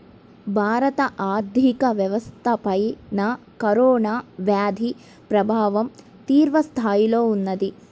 భారత ఆర్థిక వ్యవస్థపైన కరోనా వ్యాధి ప్రభావం తీవ్రస్థాయిలో ఉన్నది